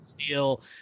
steel